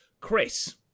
Chris